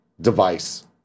device